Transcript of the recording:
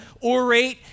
orate